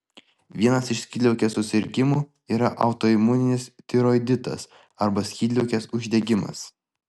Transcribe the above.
vienas iš skydliaukės susirgimų yra autoimuninis tiroiditas arba skydliaukės uždegimas